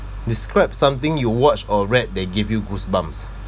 describe something you watch or read that give you goosebumps